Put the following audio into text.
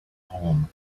home